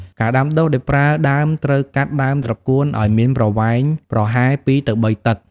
ការដាំដុះដោយប្រើដើមត្រូវកាត់ ដើមត្រកួន ឲ្យមានប្រវែងប្រហែល ២ ទៅ ៣ តឹក។